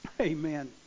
Amen